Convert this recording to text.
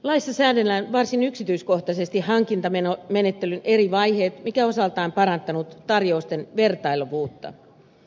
laissa säännellään varsin yksityiskohtaisesti hankintamenettelyn eri vaiheet mikä osaltaan on parantanut tarjousten vertailtavuutta